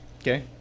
Okay